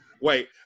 wait